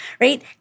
right